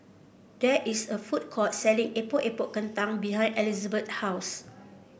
there is a food court selling Epok Epok Kentang behind Elizbeth's house